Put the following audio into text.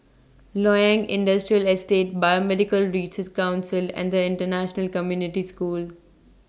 Loyang Industrial Estate Biomedical Research Council and International Community School